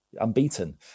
unbeaten